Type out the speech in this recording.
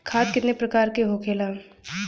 खाद कितने प्रकार के होखेला?